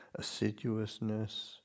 assiduousness